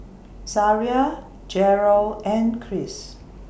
Zaria Jerrel and Chris